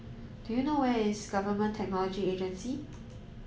do you know where is Government Technology Agency